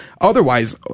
otherwise